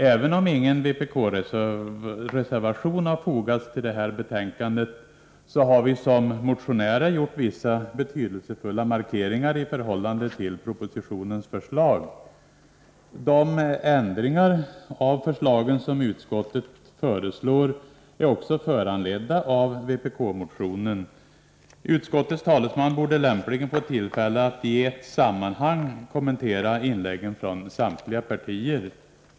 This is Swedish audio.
Även om ingen vpk-reservation fogats vid detta betänkande, har vi i egenskap av motionärer gjort vissa betydelsefulla markeringar i förhållande till propositionens förslag. De ändringar av förslagen som utskottet föreslår är också föranledda av vpk-motionen 2869. Utskottets talesman borde lämpligen få tillfälle att i ett sammanhang kommentera inläggen från samtliga partier.